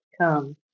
come